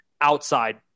outside